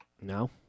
No